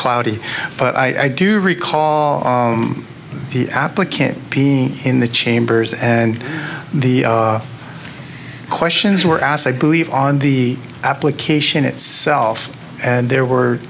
cloudy but i do recall the applicant peeing in the chambers and the questions were asked i believe on the application itself and there were